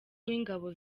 w’ingabo